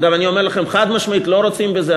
אגב, אני אומר לכם, חד-משמעית, לא רוצים בזה.